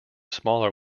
smaller